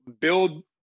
build